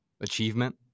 achievement